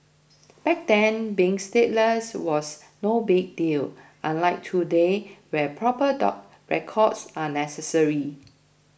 back then being stateless was no big deal unlike today where proper dog records are necessary